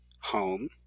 home